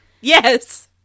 yes